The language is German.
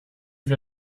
wir